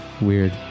Weird